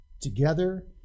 together